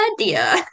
idea